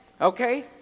okay